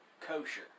kosher